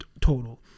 total